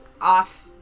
off